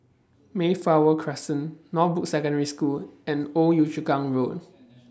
Mayflower Crescent Northbrooks Secondary School and Old Yio Chu Kang Road